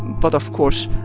but, of course,